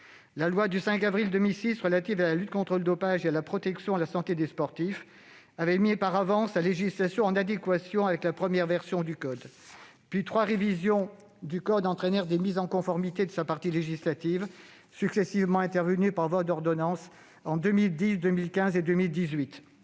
La loi du 5 avril 2006 relative à la lutte contre le dopage et à la protection de la santé des sportifs avait par avance mis la législation en adéquation avec la première version du code mondial antidopage. Puis trois révisions dudit code entraînèrent des mises en conformité de sa partie législative, successivement intervenues par voie d'ordonnance en 2010, 2015 et 2018.